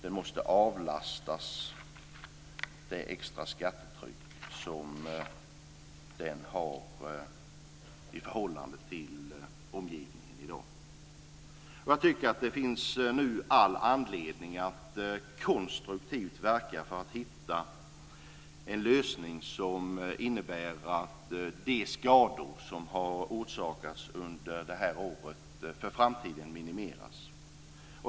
Den måste avlastas det extra skattetryck som den i dag har i förhållande till omgivningen. Det finns nu all anledning att konstruktivt verka för att hitta en lösning som innebär att de skador som har orsakats under detta år för framtiden minimeras.